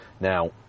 Now